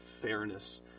fairness